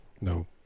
No